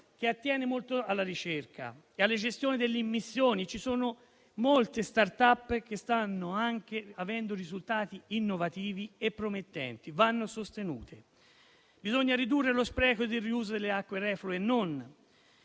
che attiene molto alla ricerca e alla gestione delle immissioni. Ci sono molte *startup* che stanno anche avendo risultati innovativi e promettenti e vanno sostenute. Bisogna ridurre lo spreco del riuso delle acque reflue e non;